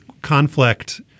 conflict